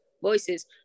voices